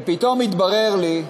ופתאום התברר לי,